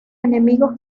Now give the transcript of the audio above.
enemigos